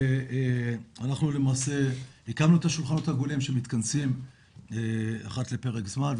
אנחנו למעשה הקמנו את השולחנות העגולים שמתכנסים אחת לפרק זמן,